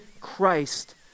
Christ